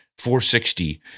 460